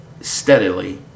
steadily